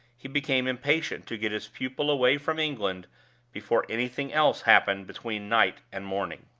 he became impatient to get his pupil away from england before anything else happened between night and morning.